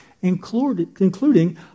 including